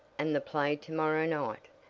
and the play to-morrow night.